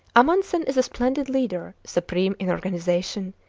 amundsen is a splendid leader, supreme in organisation,